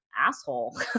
asshole